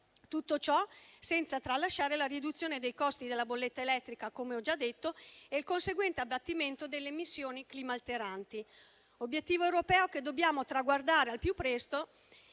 Tutto ciò senza tralasciare la riduzione dei costi della bolletta elettrica - come ho già detto - e il conseguente abbattimento delle emissioni climalteranti: obiettivo europeo che dobbiamo traguardare al più presto